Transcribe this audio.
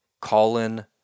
Colin